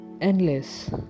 endless